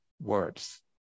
words